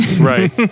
Right